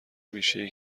بیشهای